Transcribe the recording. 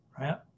right